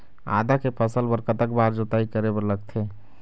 आदा के फसल बर कतक बार जोताई करे बर लगथे?